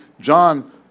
John